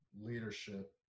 leadership